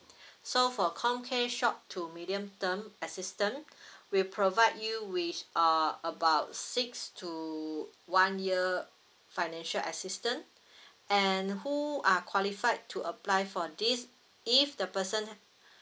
so for comcare short to medium term assistance we provide you with uh about six to one year financial assistance and who are qualified to apply for this if the person ha~